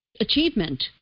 achievement